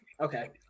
Okay